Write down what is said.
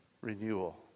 renewal